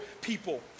people